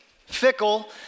fickle